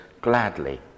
gladly